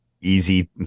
easy